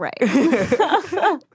Right